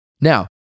Now